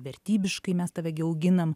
vertybiškai mes tave gi auginam